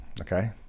okay